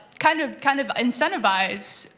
kind of kind of incentivize,